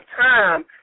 time